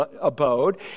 abode